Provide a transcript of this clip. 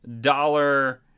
dollar